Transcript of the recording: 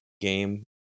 game